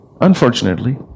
unfortunately